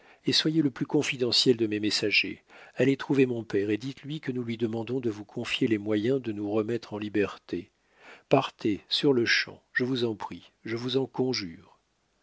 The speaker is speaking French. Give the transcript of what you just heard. et soyez le plus confidentiel de mes messagers allez trouver mon père et diteslui que nous lui demandons de vous confier les moyens de nous remettre en liberté partez sur-le-champ je vous en prie je vous en conjure